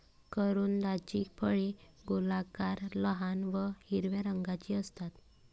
करोंदाची फळे गोलाकार, लहान व हिरव्या रंगाची असतात